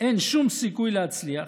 אין שום סיכוי להצליח,